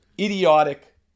idiotic